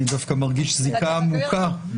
אני דווקא מרגיש זיקה עמוקה...